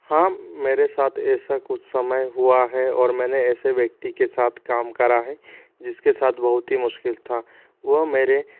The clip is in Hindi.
हाँ मेरे साथ ऐसा कुछ समय हुआ है और मैंने ऐसे व्यक्ति के साथ काम करा है जिसके साथ बहुत ही मुश्किल था वह मेरे